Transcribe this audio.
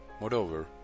Moreover